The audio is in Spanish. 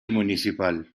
municipal